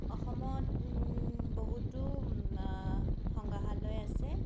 অসমত বহুতো সংগ্ৰাহালয় আছে